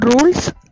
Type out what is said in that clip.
Rules